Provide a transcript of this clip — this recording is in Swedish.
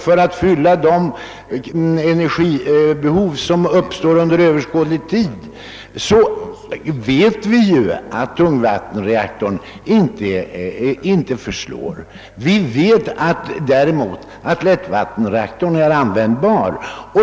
för att fylla de energibehov som uppstår under överskådlig tid vet vi att tungvattenreaktorerna inte förslår. Vi vet däremot att lättvattenreaktorn är användbar.